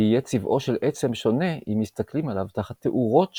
יהיה צבעו של עצם שונה אם מסתכלים עליו תחת תאורות שונות,